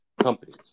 companies